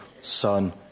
son